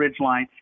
Ridgeline